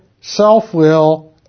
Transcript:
self-will